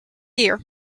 year